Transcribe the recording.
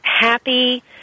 happy